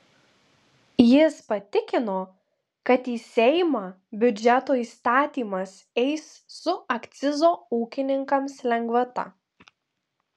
jis patikino kad į seimą biudžeto įstatymas eis su akcizo ūkininkams lengvata